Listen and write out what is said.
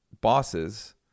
bosses